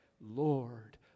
Lord